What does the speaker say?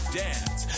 dance